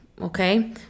okay